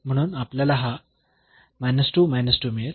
म्हणून आपल्याला हा मिळेल